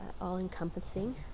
all-encompassing